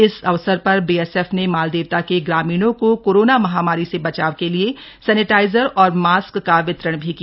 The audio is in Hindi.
इस अवसर पर बीएसएफ ने मालदेवता के ग्रामीणों को कोरोना महामारी से बचाव के लिए सैनिटाइजर और मास्क का वितरण भी किया